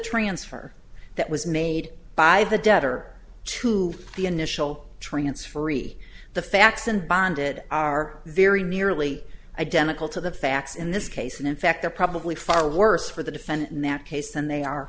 transfer that was made by the debtor to the initial transferee the facts and bonded are very nearly identical to the facts in this case and in fact they're probably far worse for the defendant in that case than they are